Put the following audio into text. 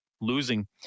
losing